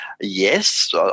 yes